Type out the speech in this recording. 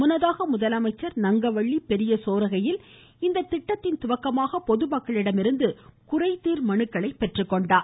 முன்னதாக முதலமைச்சர் நங்கவள்ளி பெரிய சோரகையில் இத்திட்டத்தின் துவக்கமாக பொதுமக்களிடமிருந்து குறைதீர் மனுக்களை பெற்றுக்கொண்டார்